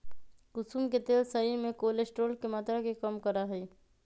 कुसुम के तेल शरीर में कोलेस्ट्रोल के मात्रा के कम करा हई